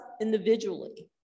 individually